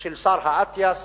של השר אטיאס,